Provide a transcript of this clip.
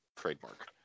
trademark